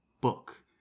book